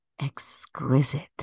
exquisite